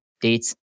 dates